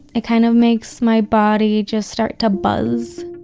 kind of makes my body just start to buzz,